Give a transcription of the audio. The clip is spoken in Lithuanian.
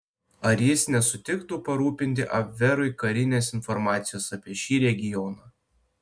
ar jis nesutiktų parūpinti abverui karinės informacijos apie šį regioną